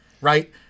right